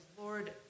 Lord